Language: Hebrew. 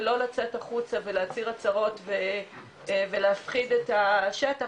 ולא לצאת החוצה ולהצהיר הצהרות ולהפחיד את השטח.